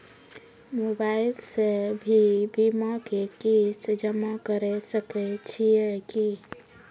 Mobile से भी बीमा के किस्त जमा करै सकैय छियै कि?